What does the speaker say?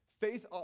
Faith